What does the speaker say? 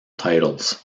titles